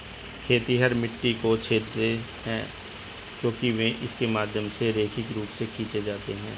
खेतिहर मिट्टी को छेदते हैं क्योंकि वे इसके माध्यम से रैखिक रूप से खींचे जाते हैं